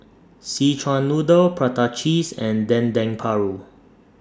Szechuan Noodle Prata Cheese and Dendeng Paru